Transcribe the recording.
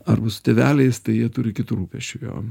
arba su tėveliais tai jie turi kitų rūpesčių jo